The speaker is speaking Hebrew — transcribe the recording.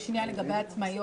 אבל יש עניין לגבי עצמאיות.